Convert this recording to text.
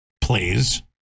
please